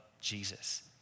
Jesus